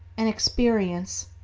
and experience.